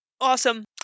Awesome